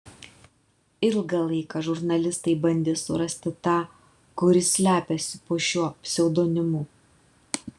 ilgą laiką žurnalistai bandė surasti tą kuris slepiasi po šiuo pseudonimu